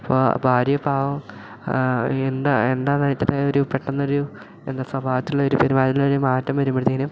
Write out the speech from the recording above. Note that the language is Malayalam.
അപ്പോൾ ഭാര്യ പാവം എന്താ എന്താ ഇത്രയും ഒരു പെട്ടെന്നൊരു എന്താ സ്വഭാവത്തിലുള്ള ഒരു പെരുമാറ്റത്തിൽ ഒരു മാറ്റം വരുമ്പോഴത്തേനും